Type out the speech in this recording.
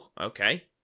okay